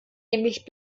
nämlich